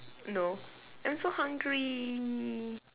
no I'm so hungry